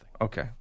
Okay